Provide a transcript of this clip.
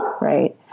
Right